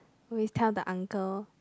will tell the uncle